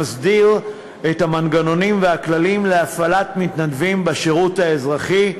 שמסדיר את המנגנונים והכללים להפעלת מתנדבים בשירות האזרחי,